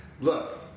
look